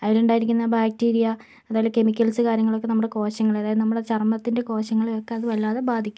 അതിലുണ്ടായിരിക്കുന്ന bacteria അതുപോലെ chemicals കാര്യങ്ങളൊക്കെ നമ്മുടെ കോശങ്ങളെ അതയത് നമ്മുടെ ചർമ്മത്തിൻ്റെ കോശങ്ങളെയൊക്കെ അത് വല്ലാതെ ബാധിക്കും